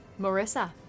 Marissa